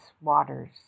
waters